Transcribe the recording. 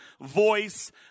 voice